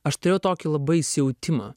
aš turėjau tokį labai įsijautimą